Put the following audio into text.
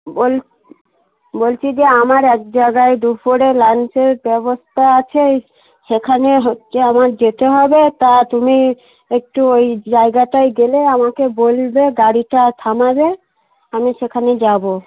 বোল বলছি যে আমার এক জায়গায় দুপুরে লাঞ্চের ব্যবস্থা আছে সেখানে হচ্ছে আমার যেতে হবে তা তুমি একটু ওই জায়গাটায় গেলে আমাকে বলবে গাড়িটা থামাবে আমি সেখানে যাব